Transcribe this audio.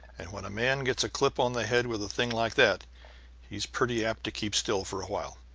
and when a man gets a clip on the head with a thing like that he's pretty apt to keep still for a while.